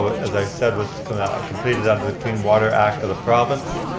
but as i said, was completed under the clean water act of the province.